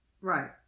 Right